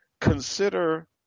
Consider